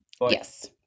yes